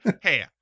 Hey